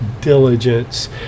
diligence